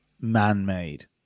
man-made